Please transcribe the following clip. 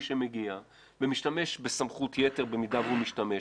שמגיע ומשתמש בסמכות יתר במידה שהוא משתמש,